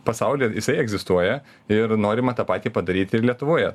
pasaulyje jisai egzistuoja ir norima tą patį padaryti ir lietuvoje